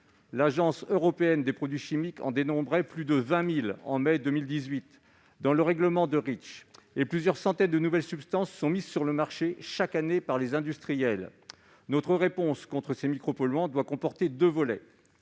L'Agence européenne des produits chimiques en dénombrait plus de 20 000 en mai 2018, dans le cadre du règlement Reach. Plusieurs centaines de nouvelles substances sont mises sur le marché chaque année par les industriels. Notre réponse contre ces micropolluants doit comporter deux volets